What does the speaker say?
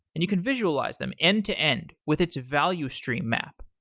and you can visualize them end to end with its value stream map.